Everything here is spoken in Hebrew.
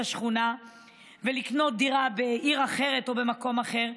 השכונה ולקנות דירה בעיר אחרת או במקום אחר.